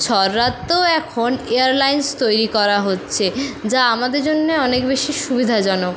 তো এখন এয়ারলাইন্স তৈরি করা হচ্ছে যা আমাদের জন্য অনেক বেশি সুবিধাজনক